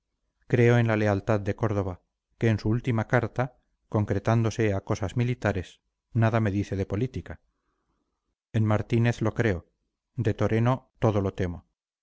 creo en la lealtad de córdoba que en su última carta concretándose a cosas militares nada me dice de política en martínez lo creo de toreno todo lo temo